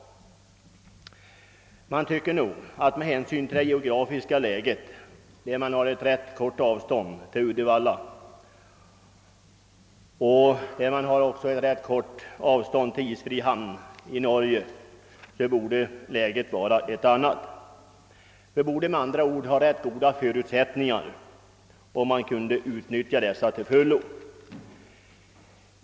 Med hänsyn till Värmlands geografiska läge — det är rätt korta avstånd till Uddevalla och till isfri hamn i Norge — tycker jag att situationen borde ha varit en annan. Värmland borde, med andra ord, ha rätt goda förutsättningar, och man bör söka utnyttja dem till fullo.